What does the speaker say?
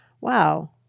wow